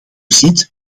ziet